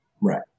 Right